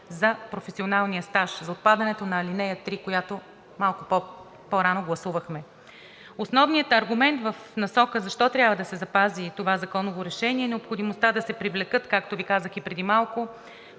за професионалния стаж, за отпадането на ал. 3, която малко по-рано гласувахме. Основният аргумент в насока защо трябва да се запази това законово решение, е необходимостта да се привлекат, както Ви казах и преди малко,